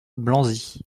blanzy